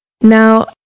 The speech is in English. Now